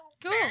Cool